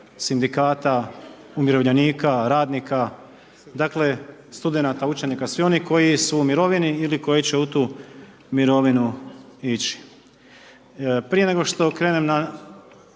sindikata, umirovljenika, radnika, dakle studenata, učenika, svi onih koji su u mirovini ili koji će u tu mirovinu ići. Prije nego što krenemo na